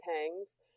Hangs